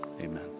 amen